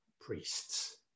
priests